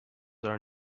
are